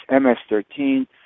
MS-13